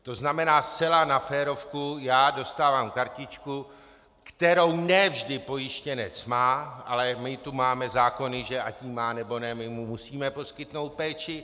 To znamená zcela na férovku, já dostávám kartičku, kterou ne vždy pojištěnec má, ale my tu máme zákony, že ať ji má, nebo ne, my mu musíme poskytnout péči.